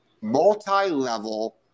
multi-level